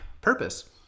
purpose